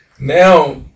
now